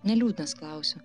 ne liūtas klausia